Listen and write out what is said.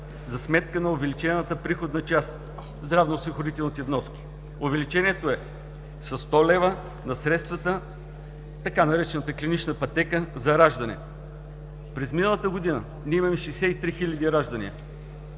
за сметка на увеличената приходна част, здравноосигурителните вноски. Увеличението е със 100 лв. на средствата, така наречената „клинична пътека за раждане“. През миналата година имаме 63 хил. раждания.